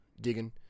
digging